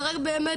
זה רק באמת,